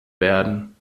werden